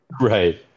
Right